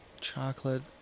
Chocolate